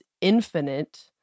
infinite